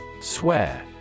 Swear